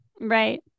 Right